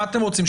מה אתם רוצים?